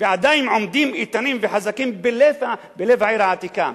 ועדיין עומדים איתנים וחזקים בלב העיר העתיקה,